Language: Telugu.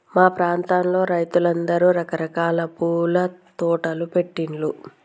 మా ప్రాంతంలో రైతులందరూ రకరకాల పూల తోటలు పెట్టిన్లు